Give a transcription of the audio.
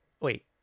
wait